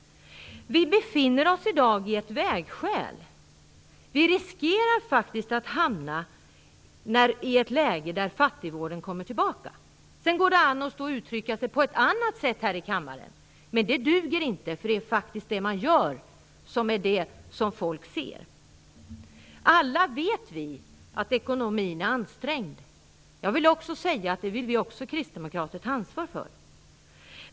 Vi befinner oss i dag vid ett vägskäl. Vi riskerar faktiskt att hamna i ett läge där fattigvården kommer tillbaka. Det går ju an att uttrycka sig på ett annat sätt i kammaren. Men det duger inte, för det är faktiskt det som man gör som är det som folk ser. Alla vet vi att ekonomin är ansträngd. Jag vill säga att det vill också vi kristdemokrater ta ansvar för.